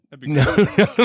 No